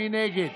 מי נגד?